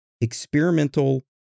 experimental